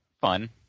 fun